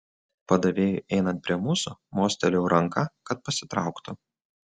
padavėjui einant prie mūsų mostelėjau ranka kad pasitrauktų